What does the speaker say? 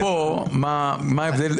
לא פה, מה ההבדל.